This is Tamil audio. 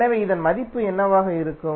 எனவே இதன் மதிப்பு என்னவாக இருக்கும்